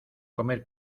comer